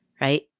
right